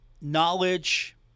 knowledge